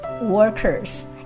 workers